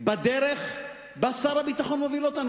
בדרך שבה שר הביטחון מוביל אותנו,